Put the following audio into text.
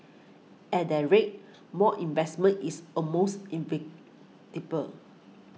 at that rate more investment is almost in way table